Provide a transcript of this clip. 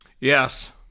Yes